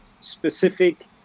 specific